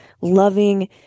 loving